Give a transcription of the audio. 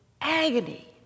agony